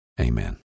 Amen